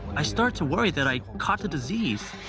i start to worry that i caught the disease.